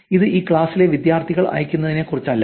ഇത് ഈ ക്ലാസിലെ വിദ്യാർത്ഥികൾക്ക് അയയ്ക്കുന്നതിനെക്കുറിച്ചല്ല